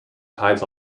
tides